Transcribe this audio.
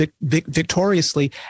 victoriously